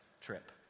trip